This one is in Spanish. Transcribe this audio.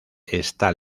está